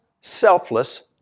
selfless